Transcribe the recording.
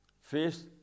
face